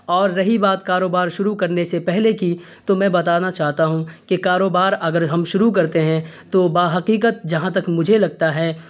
اور رہی بات کاروبار شروع کرنے سے پہلے کی تو میں بتانا چاہتا ہوں کہ کاروبار اگر ہم شروع کرتے ہیں تو باحقیقت جہاں تک مجھے لگتا ہے